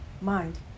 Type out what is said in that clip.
mind